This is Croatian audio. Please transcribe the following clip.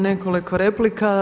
Nekoliko replika.